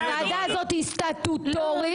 הוועדה הזאת היא סטטוטורית,